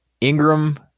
Ingram